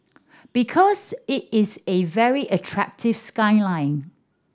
because it is a very attractive skyline